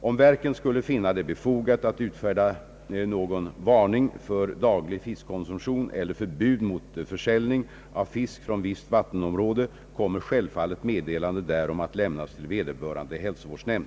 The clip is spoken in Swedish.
Om verken skulle finna det befogat att utfärda någon varning för daglig fiskkonsumtion eller förbud mot försäljning av fisk från visst vattenområde, kommer självfallet meddelande därom att lämnas till vederbörande hälsovårdsnämnd.